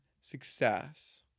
success